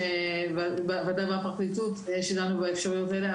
ועדה בפרקליטות, ודנו באפשרויות האלה.